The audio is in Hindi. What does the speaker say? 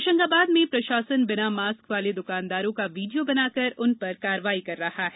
होशंगाबाद में प्रशासन बिना मास्क वाले द्कानदारों का वीडियो बनाकर उन पर कार्रवाई कर रहा हैं